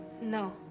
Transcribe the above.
no